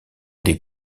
des